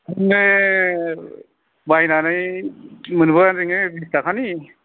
नो बायनानै मोनबोआ जोंङो बिसताखानि